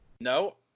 No